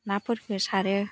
नाफोरखौ सारो